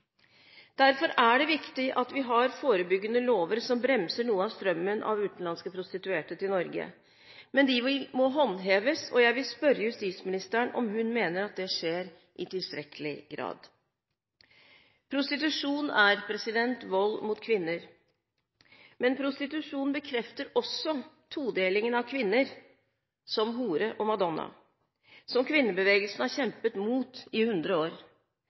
Derfor er det viktig at vi har forebyggende lover som bremser noe av strømmen av utenlandske prostituerte til Norge. Men de må håndheves, og jeg vil spørre justisministeren om hun mener at det skjer i tilstrekkelig grad. Prostitusjon er vold mot kvinner. Men prostitusjon bekrefter også todelingen av kvinnen som hore og madonna, som kvinnebevegelsen har kjempet mot i 100 år.